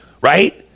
right